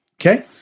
Okay